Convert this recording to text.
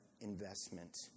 investment